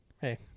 hey